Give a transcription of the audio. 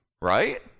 Right